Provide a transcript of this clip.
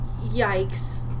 Yikes